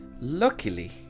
Luckily